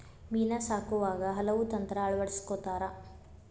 ಮೇನಾ ಸಾಕುವಾಗ ಹಲವು ತಂತ್ರಾ ಅಳವಡಸ್ಕೊತಾರ